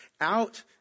out